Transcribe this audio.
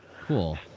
Cool